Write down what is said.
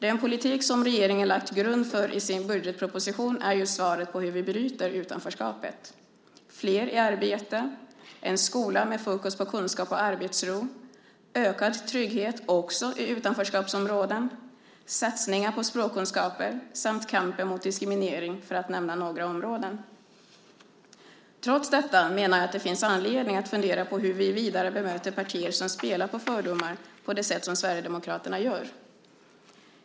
Den politik som regeringen lagt grund för i sin budgetproposition är just svaret på hur vi bryter utanförskapet. Det handlar om flera i arbete, en skola med fokus på kunskap och arbetsro, ökad trygghet också i utanförskapsområden, satsningar på språkkunskaper samt kampen mot diskriminering, för att nämna några områden. Trots detta menar jag att det finns anledning att fundera på hur vi vidare bemöter partier som spelar på fördomar på det sätt som Sverigedemokraterna gör.